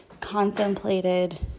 contemplated